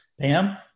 Pam